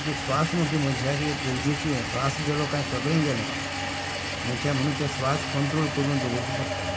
तुका एक स्वास म्हणजे मनशाची गरजेचो हें स्वास गेलो कांय सगळें गेलें मनशां म्हणून तो स्वास कंट्रोल करून दवरचो पडटा